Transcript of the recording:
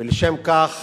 ולשם כך